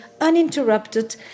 uninterrupted